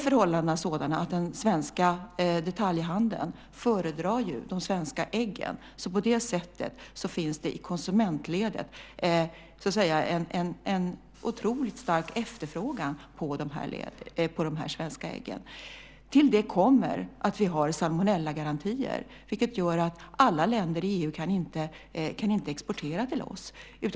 Förhållandena är sådana att den svenska detaljhandeln föredrar de svenska äggen. På det sättet finns det i konsumentledet en otroligt stark efterfrågan på dessa svenska ägg. Till det kommer att vi har salmonellagarantier vilket gör att inte alla EU-länder kan exportera till oss.